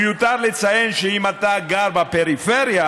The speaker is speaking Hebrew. מיותר לציין שאם אתה גר בפריפריה,